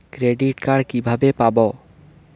Credit card কিভাবে পাব?